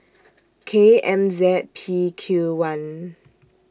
K M Z P Q one